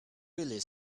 really